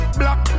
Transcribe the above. black